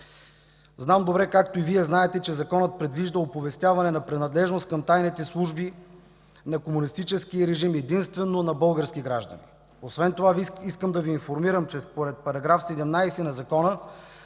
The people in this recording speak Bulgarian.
Знам добре, както и Вие знаете, че законът предвижда оповестяване на принадлежност към тайните служби на комунистическия режим единствено на български граждани. Освен това искам да Ви информирам, че според § 17 на Закона